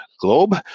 globe